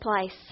place